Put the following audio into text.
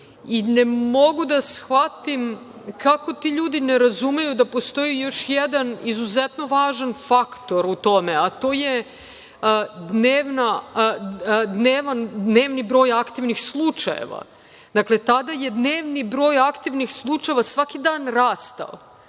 Ne mogu da shvatim kako ti ljudi ne razumeju da postoji još jedan izuzetno važan faktor u tome, a to je dnevni broj aktivnih slučajeva. Tada je broj dnevni broj aktivnih slučajeva svaki dan rastao,